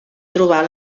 trobar